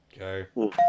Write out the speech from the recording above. Okay